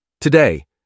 Today